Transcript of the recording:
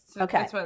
okay